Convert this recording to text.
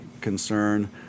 concern